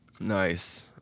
Nice